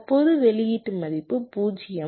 தற்போதைய வெளியீட்டு மதிப்பும் 0